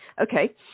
Okay